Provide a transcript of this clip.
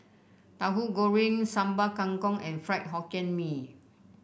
Tahu Goreng Sambal Kangkong and Fried Hokkien Mee